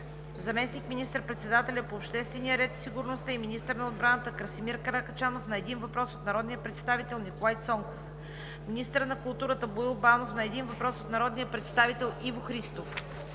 заместник министър-председателят по обществения ред и сигурност и министър на отбраната Красимир Каракачанов на един въпрос от народния представител Николай Цонков; - министърът на културата Боил Банов на един въпрос от народния представител Иво Христов;